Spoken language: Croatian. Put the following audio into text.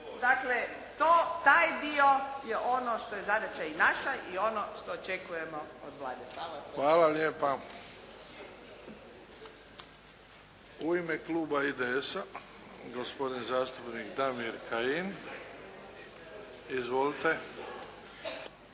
Dakle taj dio je ono što je zadaća i naša i ono što očekujemo od Vlade. Hvala. **Bebić, Luka (HDZ)** Hvala lijepa. U ime kluba IDS-a, gospodin zastupnik Damir Kajin. Izvolite.